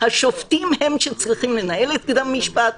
הם אלה שצריכים לנהל את קדם המשפט.